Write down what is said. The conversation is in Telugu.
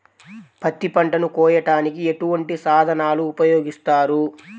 పత్తి పంటను కోయటానికి ఎటువంటి సాధనలు ఉపయోగిస్తారు?